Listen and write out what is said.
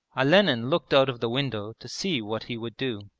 olenin looked out of the window to see what he would do.